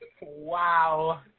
Wow